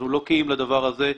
אנחנו לא קהים לדבר הזה.